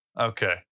Okay